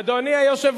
אקוניס,